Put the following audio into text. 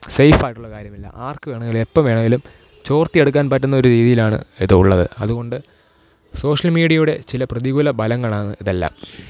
സേയ്ഫായിട്ടുള്ള കാര്യമല്ല ആർക്ക് വേണമെങ്കിലും എപ്പോൾ വേണമെങ്കിലും ചോർത്തി എടുക്കാൻ പറ്റുന്ന ഒരു രീതിയിലാണ് ഇത് ഉള്ളത് അതുകൊണ്ട് സോഷ്യൽ മീഡിയയുടെ ചില പ്രതികൂല ഫലങ്ങളാണ് ഇതെല്ലാം